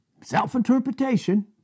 Self-interpretation